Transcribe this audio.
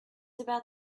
about